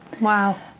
Wow